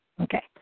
Okay